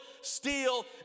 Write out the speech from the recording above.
steal